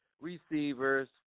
receivers